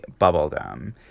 bubblegum